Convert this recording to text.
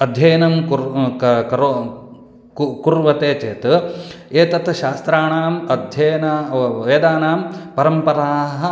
अध्ययनं कुर्क करोति कुर्वते चेत् एतत् शास्त्रानाम् अध्ययनं वेदानां परम्पराः